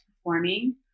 performing